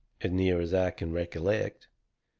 as near as i can recollect.